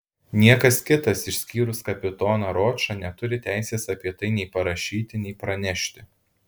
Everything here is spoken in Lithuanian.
niekas kitas išskyrus kapitoną ročą neturi teisės apie tai nei parašyti nei pranešti